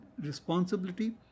responsibility